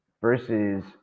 versus